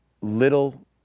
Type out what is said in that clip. little